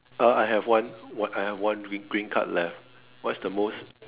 uh I have one one I have one green card left what's the most